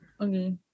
Okay